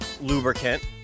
lubricant